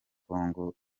congo